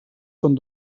són